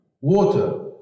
water